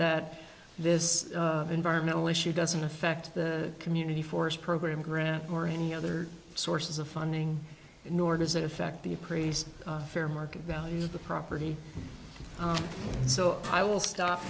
that this environmental issue doesn't affect the community forest program grants or any other sources of funding nor does it affect the appraise fair market value of the property so i will stop